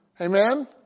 Amen